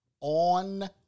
on